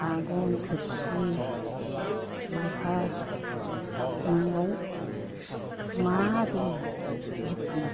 सागं थोरसि लथा न'आव मा दं जिखुनु